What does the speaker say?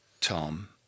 Tom